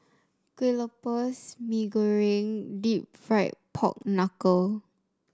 Kueh Lopes Mee Goreng deep fried Pork Knuckle